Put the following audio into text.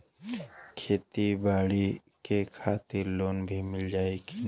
खेती बाडी के खातिर लोन मिल जाई किना?